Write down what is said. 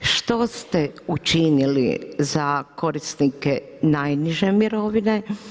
Što ste učinili za korisnike najniže mirovine?